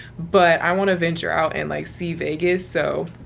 but i wanna venture out and like see vegas so,